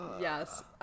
Yes